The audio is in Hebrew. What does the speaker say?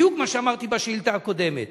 בדיוק מה שאמרתי בשאילתא הקודמת,